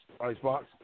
Icebox